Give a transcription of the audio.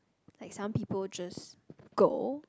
like some people just go